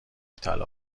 طلا